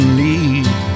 need